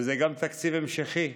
וזה גם תקציב המשכי,